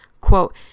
Quote